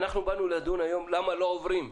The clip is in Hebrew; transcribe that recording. אנחנו באנו לדון היום על למה לא עוברים.